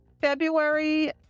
February